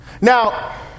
Now